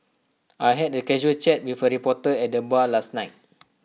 I had A casual chat with A reporter at the bar last night